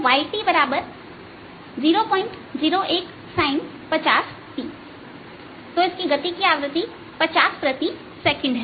y001 sin 50t तो इसकी गति की आवृत्ति 50 प्रति सेकंड है